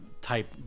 type